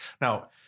Now